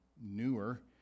newer